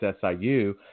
SIU